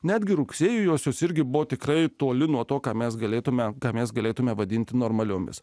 netgi rugsėju josios irgi buvo tikrai toli nuo to ką mes galėtumėme ką mes galėtumėme vadinti normaliomis